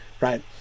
Right